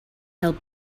held